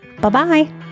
Bye-bye